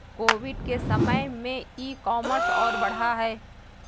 Covid के समय में ई कॉमर्स और बढ़ा है